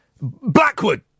Blackwood